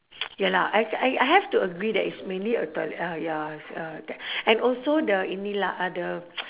ya lah I I I have to agree that it's mainly a uh ya uh that and also the inilah ada